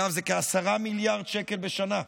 אגב, זה כ-10 מיליארד שקל בשנה,